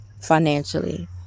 financially